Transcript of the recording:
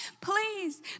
please